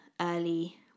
early